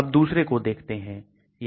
अब दूसरे को देखते हैं